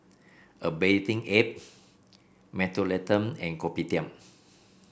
A Bathing Ape Mentholatum and Kopitiam